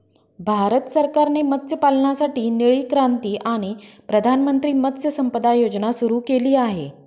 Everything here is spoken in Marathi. भारत सरकारने मत्स्यपालनासाठी निळी क्रांती आणि प्रधानमंत्री मत्स्य संपदा योजना सुरू केली आहे